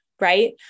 right